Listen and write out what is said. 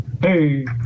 Hey